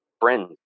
friend